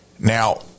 Now